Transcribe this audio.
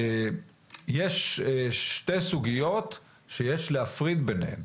יש שתי סוגיות שיש להפריד ביניהן.